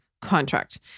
contract